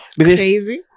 Crazy